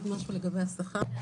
לגבי השכר?